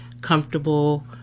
comfortable